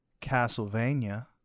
Castlevania